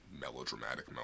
melodramatic